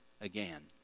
again